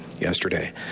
yesterday